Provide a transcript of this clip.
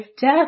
death